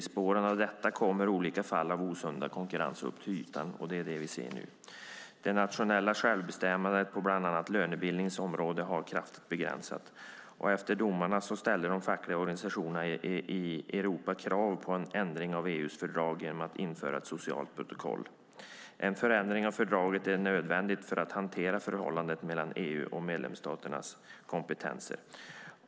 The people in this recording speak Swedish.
I spåren av detta kommer olika fall av osund konkurrens upp till ytan. Det är vad vi ser nu. Det nationella självbestämmandet på bland annat lönebildningens område har kraftigt begränsats. Efter domarna ställde de fackliga organisationerna i Europa krav på en ändring av EU:s fördrag genom att införa ett socialt protokoll. En förändring av fördraget är nödvändigt för att hantera förhållandet mellan EU och medlemsstaternas kompetenser.